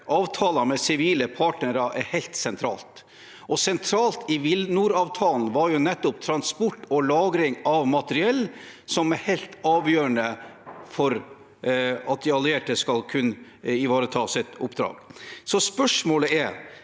avtaler med sivile partnere er helt sentralt. Sentralt i WilNor-avtalen var nettopp transport og lagring av materiell, som er helt avgjørende for at de allierte skal kunne ivareta sitt oppdrag. Spørsmålet er: